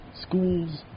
schools